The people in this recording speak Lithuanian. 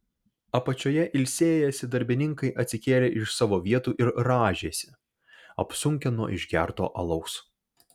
apačioje ilsėjęsi darbininkai atsikėlė iš savo vietų ir rąžėsi apsunkę nuo išgerto alaus